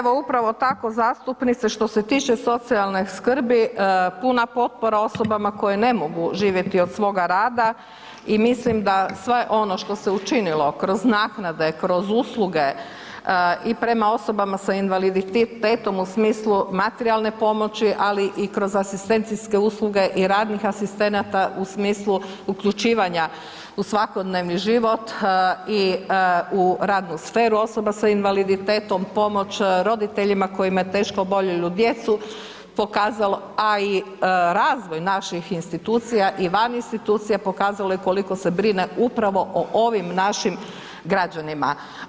Evo upravo tako zastupnice, što se tiče socijalne skrbi puna potpora osobama koje ne mogu živjeti od svoga rada i mislim da sve ono što se učinilo kroz naknade, kroz usluge i prema osobama s invaliditetom u smislu materijalne pomoći, ali i kroz asistencijske usluge i radnih asistenata u smislu uključivanja u svakodnevni život i u radnu sferu osoba s invaliditetom, pomoć roditeljima koji imaju teško oboljelu djecu pokazalo, a i razvoj naših institucija i van institucija je pokazalo koliko se brine upravo o ovim našim građanima.